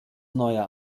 neuer